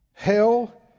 hell